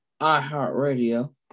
iHeartRadio